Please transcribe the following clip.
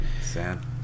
Sad